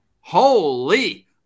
Holy